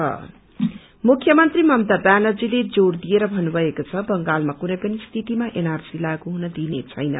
CM visit मुख्यमंत्री ममता व्यानर्जीले जोड़ दिएर भन्नुभएको छ बंगालमा कुनै पनि स्थितमा एनआरसी लागू हुन दिइने छैन